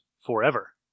forever